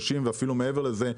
30% ואפילו מעבר לזה,